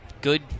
good